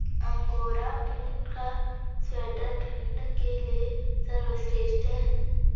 angora ऊन का sweater ठंड के लिए सर्वश्रेष्ठ है